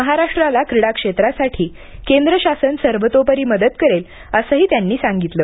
महाराष्ट्राला क्रीडा क्षेत्रासाठी केंद्र शासन सर्वतोपरी मदत करेलअसंही त्यांनी सांगितलं